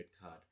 card